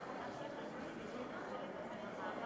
דחתה את כל הצעות האי-אמון בממשלה.